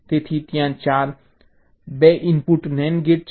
તેથી ત્યાં 4 2 input NAND gate છે